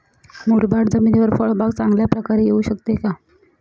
मुरमाड जमिनीवर फळबाग चांगल्या प्रकारे येऊ शकते का?